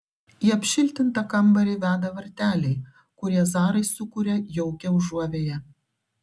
į apšiltintą kambarį veda varteliai kurie zarai sukuria jaukią užuovėją